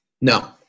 No